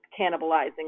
cannibalizing